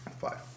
five